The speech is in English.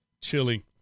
chili